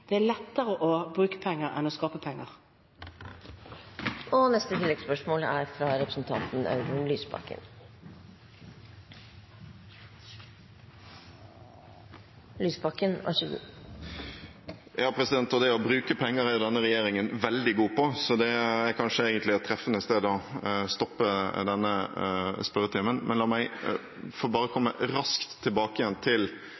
det er lettere å bruke penger enn å skape penger. Audun Lysbakken – til oppfølgingsspørsmål. Det å bruke penger er denne regjeringen veldig god på, så det er kanskje et treffende sted å stoppe denne spørretimen. Men la meg bare få komme raskt tilbake til